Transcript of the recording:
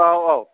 औ औ